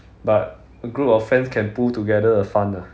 but a group of friends can pool together a fund ah